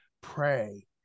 Pray